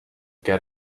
get